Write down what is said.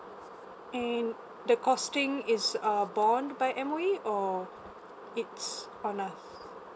and the costing is uh bond by M_O_E or it's on a